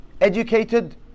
Educated